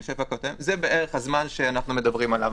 זה בערך הזמן שאנחנו מדברים עליו.